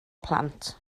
plant